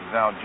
Now